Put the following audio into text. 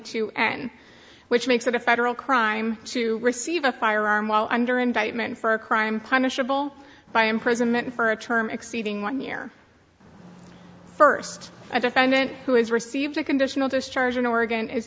two in which makes it a federal crime to receive a firearm while under indictment for a crime punishable by imprisonment for a term exceeding one year first a defendant who has received a conditional discharge in oregon is